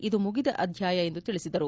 ಇದು ಮುಗಿದ ಅಧ್ಕಾಯ ಎಂದು ತಿಳಿಸಿದರು